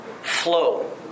flow